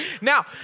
Now